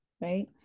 right